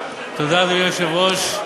אדוני היושב-ראש,